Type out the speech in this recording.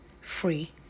free